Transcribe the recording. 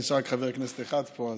אבל נשאר רק חבר כנסת אחד פה.